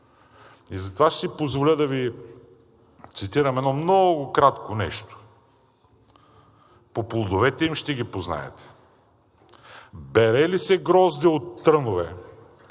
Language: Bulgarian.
И затова ще си позволя да Ви цитирам едно много кратко нещо: „По плодовете им ще ги познаете. Бере ли се грозде от трънове